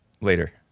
later